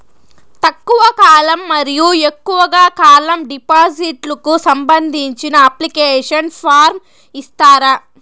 తక్కువ కాలం మరియు ఎక్కువగా కాలం డిపాజిట్లు కు సంబంధించిన అప్లికేషన్ ఫార్మ్ ఇస్తారా?